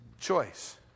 choice